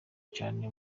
cyane